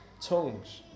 tongues